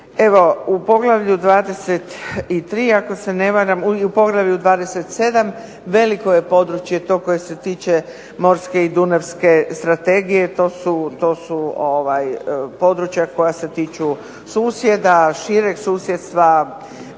u poglavlju 27 veliko je područje to koje se tiče morske i dunavske strategije. To su područja koja se tiču susjeda, šireg susjedstva,